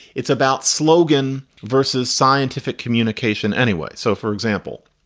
it's about slogan versus scientific communication anyway. so, for example,